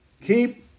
Keep